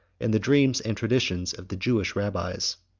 and the dreams and traditions of the jewish rabbis.